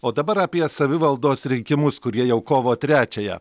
o dabar apie savivaldos rinkimus kurie jau kovo trečiąją